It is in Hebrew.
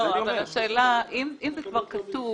אם זה כבר כתוב